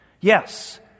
Yes